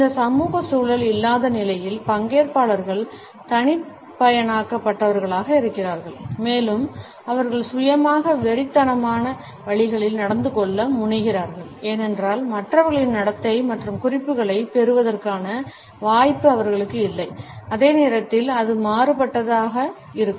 இந்த சமூக சூழல் இல்லாத நிலையில் பங்கேற்பாளர்கள் தனிப்பயனாக்கப்பட்டவர்களாக இருக்கிறார்கள் மேலும் அவர்கள் சுயமாக வெறித்தனமான வழிகளில் நடந்து கொள்ள முனைகிறார்கள் ஏனென்றால் மற்றவர்களின் நடத்தை மற்றும் குறிப்புகளைப் பெறுவதற்கான வாய்ப்பு அவர்களுக்கு இல்லை அதே நேரத்தில் அது மாறுபட்டதாக இருக்கும்